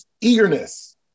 eagerness